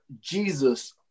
Jesus